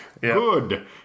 Good